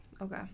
Okay